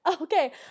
Okay